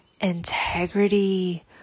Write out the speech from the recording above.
integrity